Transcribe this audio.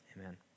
amen